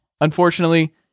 Unfortunately